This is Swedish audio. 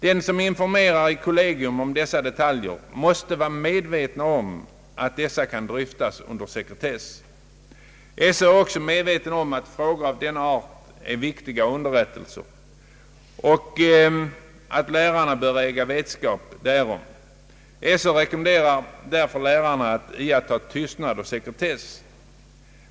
Den som informerar i kollegium om dessa detaljer måste vara medveten om att de kan dryftas under sekretess. SÖ är också medveten om att frågor av denna art är viktiga underrättelser och att lärarna bör äga vetskap därom. Sö rekommenderar därför lärarna att iaktta tystnad och sekretess.